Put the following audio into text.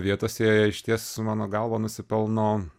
vietose išties mano galva nusipelno